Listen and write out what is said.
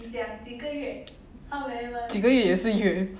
几个月也是月